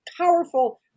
powerful